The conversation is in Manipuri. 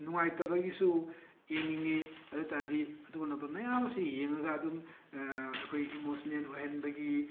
ꯅꯨꯡꯉꯥꯏꯇꯕꯒꯤꯁꯨ ꯌꯦꯡꯅꯤꯡꯏ ꯑꯗꯨ ꯑꯣꯏꯇꯔꯗꯤ ꯑꯗꯨꯒꯨꯝꯂꯕ ꯃꯌꯥꯝ ꯑꯁꯤ ꯌꯦꯡꯂꯒ ꯑꯗꯨꯝ ꯑꯩꯈꯣꯏ ꯏꯝꯃꯣꯁꯅꯦꯜ ꯑꯣꯏꯍꯟꯕꯒꯤ